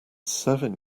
seven